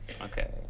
Okay